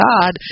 God